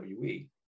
WWE